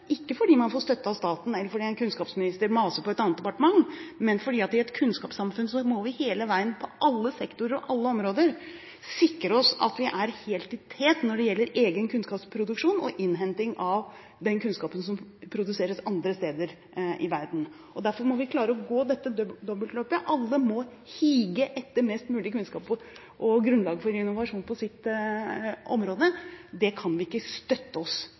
ikke fordi man får støtte fra staten eller fordi en kunnskapsminister maser på et annet departement, men fordi man i et kunnskapssamfunn hele veien, på alle sektorer og alle områder, må sikre seg at man er helt i tet når det gjelder egen kunnskapsproduksjon og innhenting av kunnskap som produseres andre steder i verden. Derfor må vi klare å gå dette dobbeltløpet. Alle må hige etter mest mulig kunnskap og grunnlag for innovasjon på sitt område. Det kan vi ikke støtte oss